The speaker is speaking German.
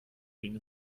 ging